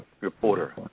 Reporter